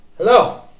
Hello